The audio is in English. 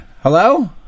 Hello